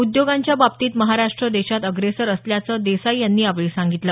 उद्योगांच्या बाबतीत महाराष्ट्र देशात अग्रेसर असल्याचं देसाई यांनी यावेळी सांगितलं